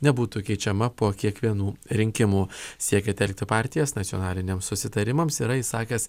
nebūtų keičiama po kiekvienų rinkimų siekia telkti partijas nacionaliniams susitarimams yra išsakęs